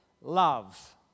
love